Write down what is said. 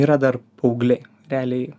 yra dar paaugliai realiai